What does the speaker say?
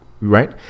right